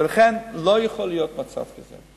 ולכן, לא יכול להיות מצב כזה.